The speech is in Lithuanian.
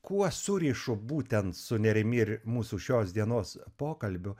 kuo surišu būtent su nerimi ir mūsų šios dienos pokalbiu